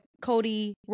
Cody